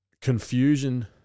confusion